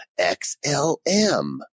XLM